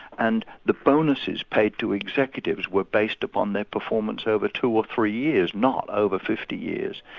and the bonuses paid to executives were based upon their performance over two or three years, not over fifty years.